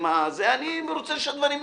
אני רוצה שהדברים יסודרו.